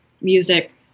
music